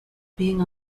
being